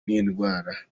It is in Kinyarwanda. n’indwara